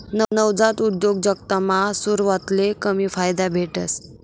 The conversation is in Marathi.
नवजात उद्योजकतामा सुरवातले कमी फायदा भेटस